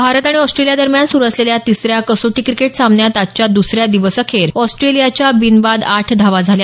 भारत आणि ऑस्ट्रेलियादरम्यान स्रु असलेल्या तिसऱ्या कसोटी क्रिकेट सामन्यात आजच्या दुसर्या दिवस अखेर ऑस्ट्रेलियाच्या बिनबाद आठ धावा झाल्या